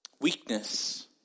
Weakness